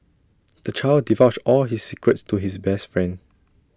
the child divulged all his secrets to his best friend